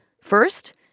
First